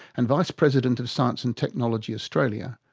and vice-president of science and technology australia,